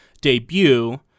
debut